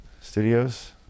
Studios